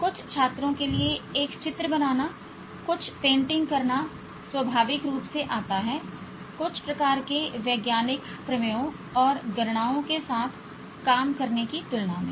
कुछ छात्रों के लिए एक चित्र बनाना कुछ पेंटिंग करना स्वाभाविक रूप से आता है कुछ प्रकार के वैज्ञानिक प्रमेयों और गणनाओं के साथ काम करने की तुलना में